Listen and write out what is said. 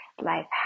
life